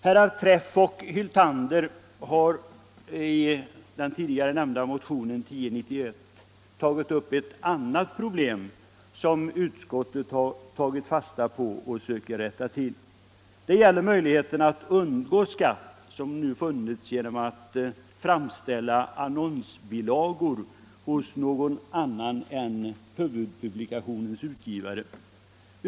Herrar Träff och Hyltander har i den tidigare nämnda motionen 1091 tagit upp ett annat problem, som utskottet har tagit fasta på och söker rätta till. Det gäller den möjlighet att undgå skatt som funnits genom att framställa annonsbilagor hos någon annan än huvudpublikationens utgivare.